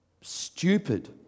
stupid